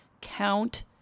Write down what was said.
count